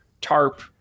tarp